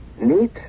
Neat